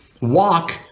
walk